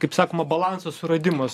kaip sakoma balanso suradimas